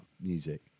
music